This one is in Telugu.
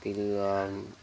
పిల్ల